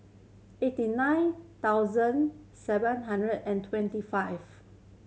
eighty nine thousand seven hundred and twenty five